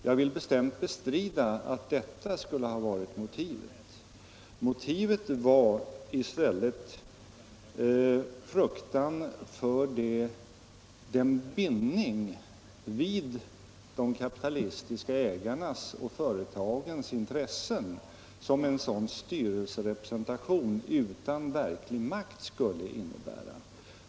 Jag vill bestämt bestrida att det skulle ha varit motivet. Nej, motivet var i stället fruktan för den bindning vid de kapitalistiska ägarnas och företagarnas intressen som en sådan styrelserepresentation utan verklig makt skulle innebära.